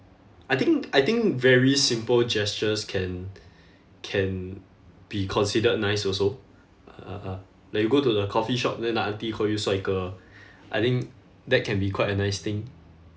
I think I think very simple gestures can can be considered nice also uh like you go to the coffee shop then the aunty call you shuai ge I think that can be quite a nice thing